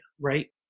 right